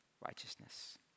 righteousness